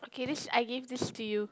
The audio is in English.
okay this I give this to you